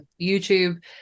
YouTube